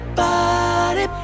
body